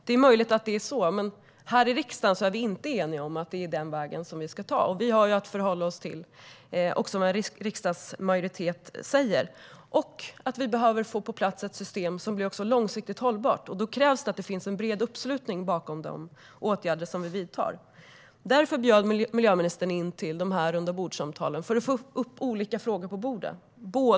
Det är möjligt att det är så, men här i riksdagen är vi inte eniga om att det är den vägen som vi ska välja, och vi har att förhålla oss till vad riksdagsmajoriteten säger. Vi behöver få på plats ett system som är långsiktigt hållbart, och då krävs det att det finns en bred uppslutning bakom de åtgärder som vi vidtar. Miljöministern bjöd in till dessa rundabordssamtal för att få upp olika frågor på bordet.